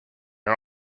are